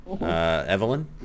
Evelyn